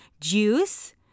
Juice